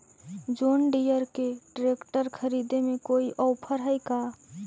जोन Deere के tractor खरिदे में कोई औफर है का?